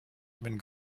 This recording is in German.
wenn